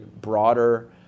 broader